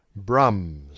Brums